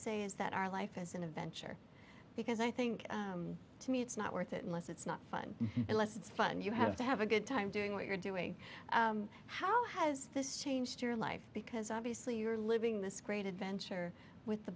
say is that our life as an adventure because i think to me it's not worth it unless it's not fun unless it's fun you have to have a good time doing what you're doing how has this changed your life because obviously you're living this great adventure with the